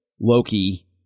Loki